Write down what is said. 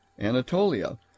Anatolia